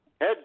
Head